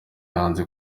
yanze